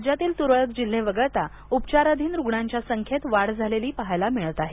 राज्यातील तुरळक जिल्हे वगळता उपचाराधीन रुग्णांच्या संख्येत वाढ झालेली पाहायला मिळत आहे